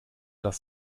das